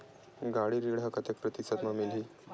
गाड़ी ऋण ह कतेक प्रतिशत म मिलही?